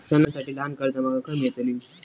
सणांसाठी ल्हान कर्जा माका खय मेळतली?